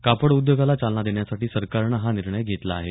कापड उद्योगाला चालना देण्यासाठी सरकारनं हा निर्णय घेतला आहे